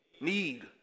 Need